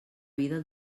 vida